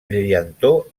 brillantor